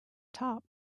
top